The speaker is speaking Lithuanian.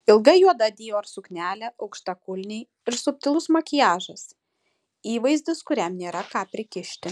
ilga juoda dior suknelė aukštakulniai ir subtilus makiažas įvaizdis kuriam nėra ką prikišti